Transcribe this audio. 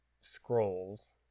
scrolls